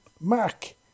Mac